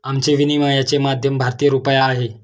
आमचे विनिमयाचे माध्यम भारतीय रुपया आहे